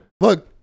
look